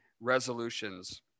resolutions